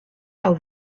how